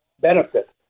benefit